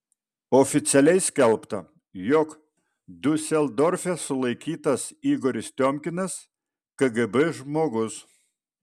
oficialiai skelbta jog diuseldorfe sulaikytas igoris tiomkinas kgb žmogus